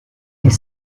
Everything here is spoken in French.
est